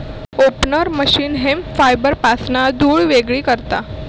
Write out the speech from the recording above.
opener machine hemp फायबरपासना धुळ वेगळी करता